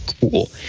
cool